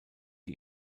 die